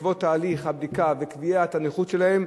בעקבות תהליך הבדיקה וקביעת הנכות שלהם,